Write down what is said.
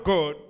God